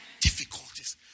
difficulties